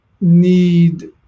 need